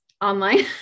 online